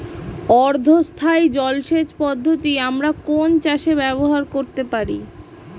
অর্ধ স্থায়ী জলসেচ পদ্ধতি আমরা কোন চাষে ব্যবহার করতে পারি?